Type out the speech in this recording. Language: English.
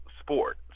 sport